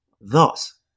thus